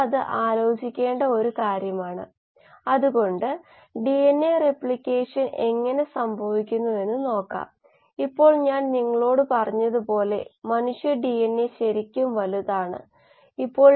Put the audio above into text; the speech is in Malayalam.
ഇതാണ് സ്ഥിതി SAB കോശത്തിനുള്ളിലാണെന്നും അതിനാൽ ഇത് ഇൻട്രാസെല്ലുലാർ മെറ്റബോളിറ്റുകളാണെന്നും അറിയുക അതേസമയം CD എന്നിവ എക്സ്ട്രാസെല്ലുലാർ മെറ്റബോളിറ്റുകളാണ് കൂടാതെ മെറ്റാബോലൈറ്റ് ഫ്ലക്സ് എന്നത് ഒരു സാധാരണ പദമാണ്